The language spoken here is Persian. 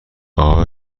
آیا